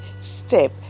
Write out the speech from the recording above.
step